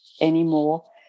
anymore